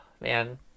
Man